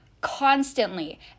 constantly